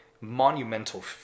monumental